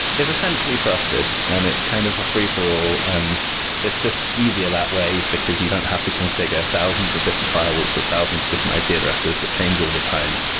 is essentially trusted and it's kind of a free-for-all and it's just easier that way, because you don't have to configure thousands of different firewalls with thousands of different ip yeah addresses that change all the time.